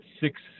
six